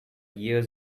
years